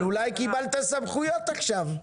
אבל אולי קיבלת את הסמכויות עכשיו.